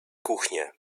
kuchnie